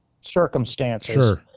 circumstances